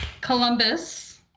Columbus